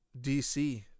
DC